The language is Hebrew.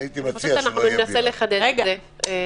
אנחנו ננסה לחדד את זה.